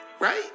right